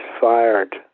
fired